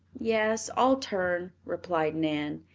yes, i'll turn, replied nan,